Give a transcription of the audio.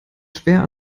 schwer